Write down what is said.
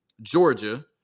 Georgia